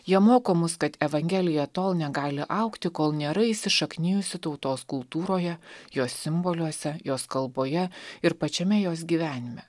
jie moko mus kad evangelija tol negali augti kol nėra įsišaknijusi tautos kultūroje jos simboliuose jos kalboje ir pačiame jos gyvenime